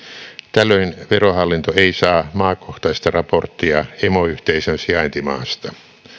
tällöin verohallinto ei saa maakohtaista raporttia emoyhteisön sijaintimaasta